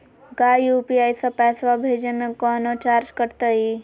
का यू.पी.आई से पैसा भेजे में कौनो चार्ज कटतई?